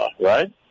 right